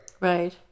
Right